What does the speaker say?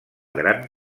gran